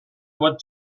what